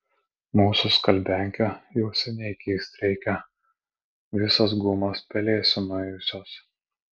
mūsų skalbiankę jau seniai keist reikia visos gumos pelėsiu nuėjusios